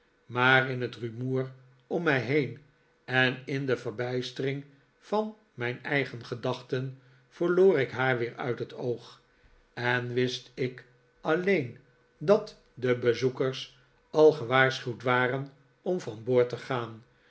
maar in het rumoer om mij heen en in de verbijstering van mijn eigen gedachten verloor ik haar weer uit het oog en wist ik alleen dat de bezoekers al gewaarschuwd waren om van boord te gaan